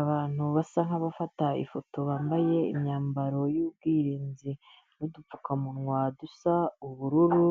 Abantu basa nk'abafata ifoto, bambaye imyambaro y'ubwirinzi n'udupfukamunwa dusa ubururu,